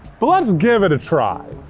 but let's give it a try.